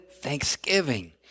thanksgiving